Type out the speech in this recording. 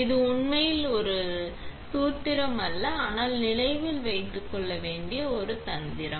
இது உண்மையில் ஒரு சூத்திரம் அல்ல ஆனால் நினைவில் கொள்ள ஒரு தந்திரம்